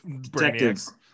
detectives